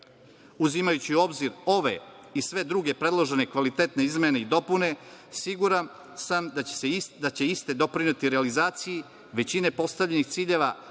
u obzir ove i sve druge predložene kvalitetne izmene i dopune, siguran sam da će iste doprineti realizaciji većine postavljenih ciljeva